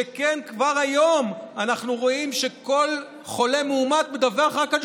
שכן כבר היום אנחנו רואים שכל חולה מאומת מדווח רק על